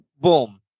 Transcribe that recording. boom